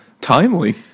Timely